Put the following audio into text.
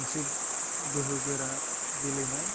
मोनसे गोहोगोरा गेलेनाय